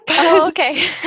okay